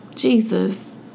Jesus